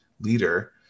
leader